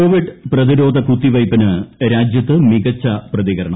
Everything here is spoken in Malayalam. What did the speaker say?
കോവിഡ് പ്രതിരോധ കുത്തിവെയ്പിന് രാജ്യത്ത് മികച്ച പ്രതികരണം